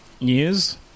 News